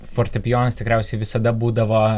fortepijonas tikriausiai visada būdavo